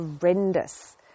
horrendous